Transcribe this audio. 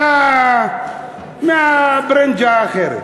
מהברנז'ה האחרת.